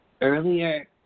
Earlier